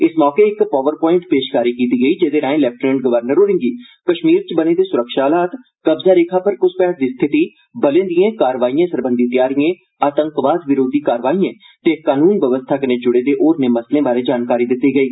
इस मौके इक पावर प्वाईट पेशकारी कीती गेई जेहदे राएं लेफ्टिनेंट गवर्नर होरेंगी कश्मीर च बने दे सुरक्षा हालात कब्ज़ा रेखा पर घुसपैठ दी स्थिति बलें दिएं कार्रवाइएं सरबंधी तैयारिएं आतंकवाद विरोधी कार्रवाईएं ते कानून बवस्था कन्नै जुड़े दे होरनें मसलें बाँरै जानकारी दित्ती गेई